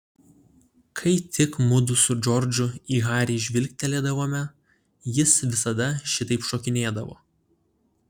kai tik mudu su džordžu į harį žvilgtelėdavome jis visada šitaip šokinėdavo